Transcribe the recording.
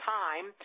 time